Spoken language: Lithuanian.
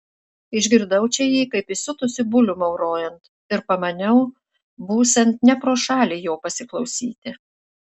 išgirdau čia jį kaip įsiutusį bulių maurojant ir pamaniau būsiant ne pro šalį jo pasiklausyti